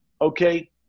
okay